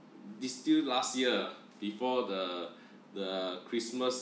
this still last year before the the christmas